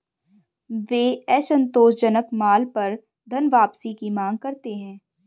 वे असंतोषजनक माल पर धनवापसी की मांग करते हैं